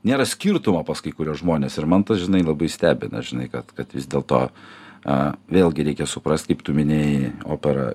nėra skirtumo pas kai kuriuos žmones ir man tas žinai labai stebina žinai kad kad vis dėlto a vėlgi reikia suprast kaip tu minėjai opera